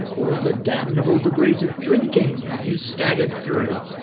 all the damnable degrees of drinking have you stagger'd through.